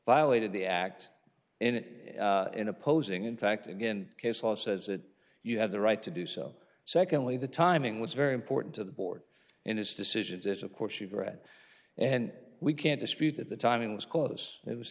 violated the act in it in opposing in fact in case law says that you have the right to do so secondly the timing was very important to the board in his decisions as of course you've read and we can't dispute that the timing was cause it was